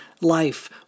life